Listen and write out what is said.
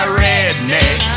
redneck